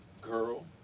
Girl